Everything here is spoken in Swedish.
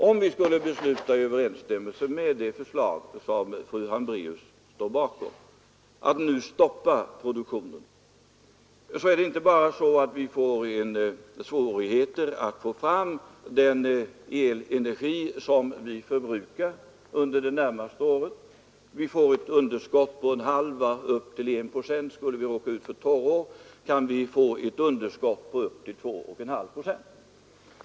Om vi skulle besluta i överensstämmelse med det förslag som fru Hambraeus står bakom — förslaget att nu stoppa kärnkraftsproduktionen — får vi svårigheter att få fram den delenergi som vi förbrukar under det närmaste året. Vi får ett underskott på 1 2 procent.